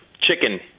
Chicken